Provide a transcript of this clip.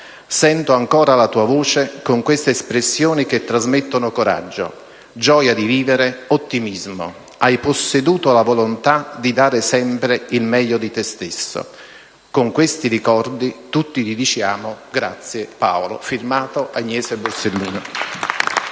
Sento ancora la tua voce con queste espressioni che trasmettono coraggio, gioia di vivere, ottimismo. Hai posseduto la volontà di dare sempre il meglio di te stesso. Con questi ricordi tutti ti diciamo "grazie Paolo"».